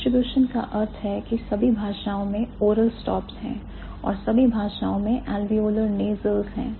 Distribution का अर्थ है की सभी भाषाओं में oral stops हैं और सभी भाषाओं में alveolar nasals हैं